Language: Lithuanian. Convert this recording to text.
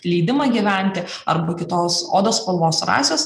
leidimą gyventi arba kitos odos spalvos rasės